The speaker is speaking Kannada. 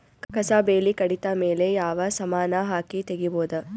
ಕಸಾ ಬೇಲಿ ಕಡಿತ ಮೇಲೆ ಯಾವ ಸಮಾನ ಹಾಕಿ ತಗಿಬೊದ?